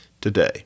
today